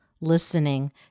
listening